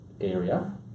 area